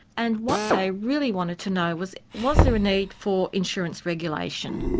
and what they really wanted to know was, was there a need for insurance regulation?